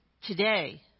today